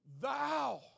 thou